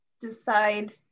decide